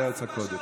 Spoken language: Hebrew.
לארץ הקודש.